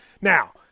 Now